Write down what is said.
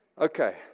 Okay